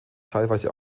teilweise